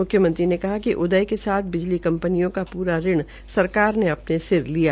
मुख्यमंत्री ने कहा कि उदय के साथ बिजली कंपनियों का पूरा ऋण सरकार ने अपने सिर लिया